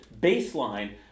baseline